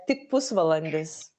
tik pusvalandis